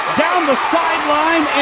down the sideline.